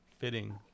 Fitting